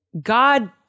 God